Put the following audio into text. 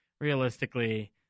realistically